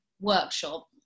workshop